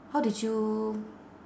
how did you